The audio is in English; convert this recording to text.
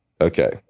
Okay